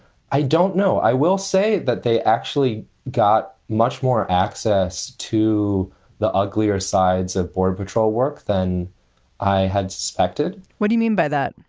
i don't know. i will say that they actually got much more access to the uglier sides of border patrol work than i had suspected. what do you mean by that?